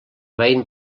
veien